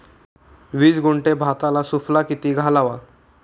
वीस गुंठे भाताला सुफला किती घालावा?